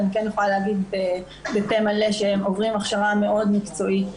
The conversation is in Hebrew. אז אני כן יכולה להגיד בפה מלא שהם עוברים הכשרה מאוד מקצועית,